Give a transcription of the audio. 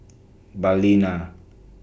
Balina